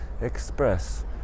express